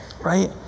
Right